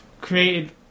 created